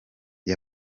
com